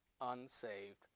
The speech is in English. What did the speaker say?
unsaved